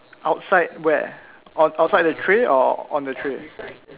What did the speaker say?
outside where out outside the tray or on the tray